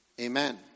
Amen